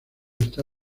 está